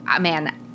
man